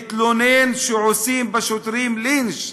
התלונן שעושים בשוטרים לינץ'.